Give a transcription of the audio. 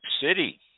City